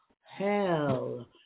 hell